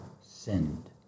sinned